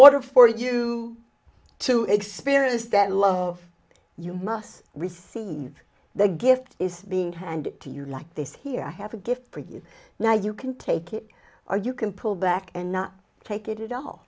order for you to experience that love you must receive the gift is being handed to you like this here i have a gift for you now you can take it or you can pull back and not take it a